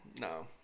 No